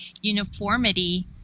uniformity